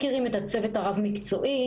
מכירים את הצוות הרב מקצועי,